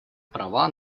права